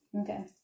okay